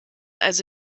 also